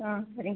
ஆ சரிங்க